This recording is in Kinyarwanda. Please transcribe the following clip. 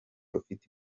ufite